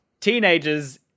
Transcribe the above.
Teenagers